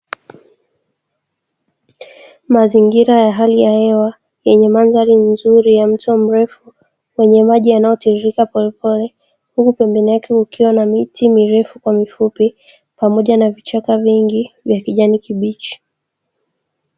Mazingira ya hali ya hewa yenye mandhari nzuri ya mto mrefu, wenye maji yanayotirirka polepole, huku pembeni yake kukiwa na miti mirefu kwa mifupi, pamoja na vichaka vingi vya kijani kibichi.